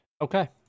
Okay